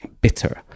bitter